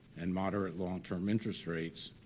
and moderate long-term interest rates,